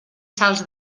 salts